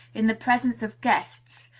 in the presence of guests,